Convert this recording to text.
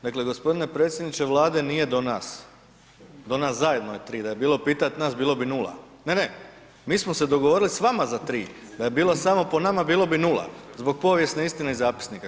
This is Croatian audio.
Dakle g. predsjedniče Vlade nije do nas, do nas zajedno je 3, da je bilo pitati nas bilo bi 0. Ne, ne, mi smo se dogovorili s vama za 3, da je bilo samo po nama bilo bi 0, zbog povijesne istine i zapisnika.